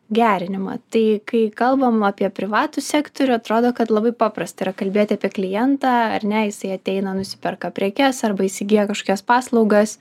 gerinimą tai kai kalbam apie privatų sektorių atrodo kad labai paprasta yra kalbėti apie klientą ar ne jisai ateina nusiperka prekes arba įsigija kažkokias paslaugas